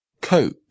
cope